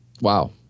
Wow